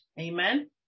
Amen